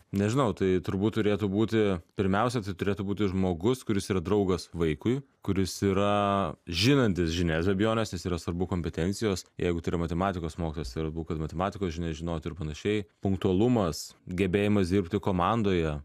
nežinau tai turbūt turėtų būti pirmiausia tai turėtų būti žmogus kuris yra draugas vaikui kuris yra žinantis žinias be abejonės nes yra svarbu kompetencijos jeigu tai yra matematikos mokytojas svarbu kad matematikos žinias žinotų ir panašiai punktualumas gebėjimas dirbti komandoje